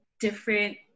different